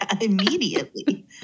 immediately